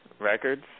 records